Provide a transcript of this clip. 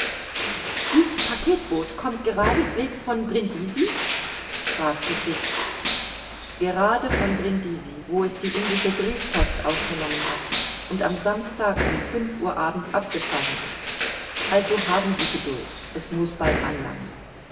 dies packetboot kommt geradeswegs von brindisi fragte fix gerade von brindisi wo es die indische briefpost aufgenommen hat und am samstag um fünf uhr abends abgefahren ist also haben sie geduld es muß bald anlangen